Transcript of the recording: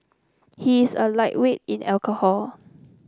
he is a lightweight in alcohol